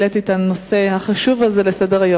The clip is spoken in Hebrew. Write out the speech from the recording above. גם אני העליתי את הנושא החשוב הזה לסדר-היום,